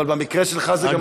אבל במקרה שלך זה גם,